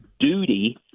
duty